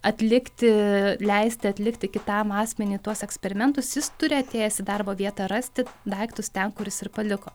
atlikti leisti atlikti kitam asmeniui tuos eksperimentus jis turi atėjęs į darbo vietą rasti daiktus ten kur jis ir paliko